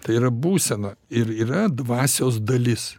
tai yra būsena ir yra dvasios dalis